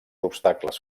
obstacles